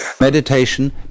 Meditation